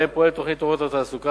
שבהם פועלת תוכנית "אורות לתעסוקה".